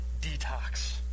detox